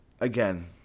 again